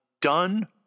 done